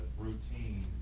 routine,